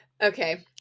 okay